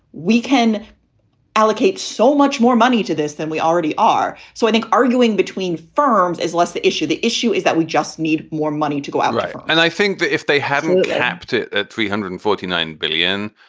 we can allocate so much more money to this than we already are. so i think arguing between firms is less the issue. the issue is that we just need more money to go out. right and i think that if they hadn't capped it at three hundred and forty nine billion,